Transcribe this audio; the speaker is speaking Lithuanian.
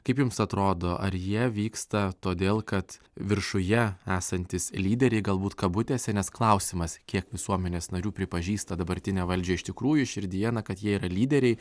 kaip jums atrodo ar jie vyksta todėl kad viršuje esantys lyderiai galbūt kabutėse nes klausimas kiek visuomenės narių pripažįsta dabartinę valdžią iš tikrųjų širdyje na kad jie yra lyderiai